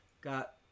got